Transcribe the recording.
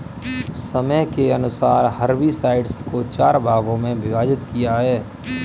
समय के अनुसार हर्बिसाइड्स को चार भागों मे विभाजित किया है